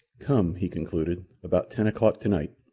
come, he concluded, about ten o'clock tonight.